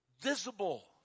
visible